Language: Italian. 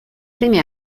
prime